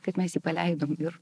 kad mes jį paleidom ir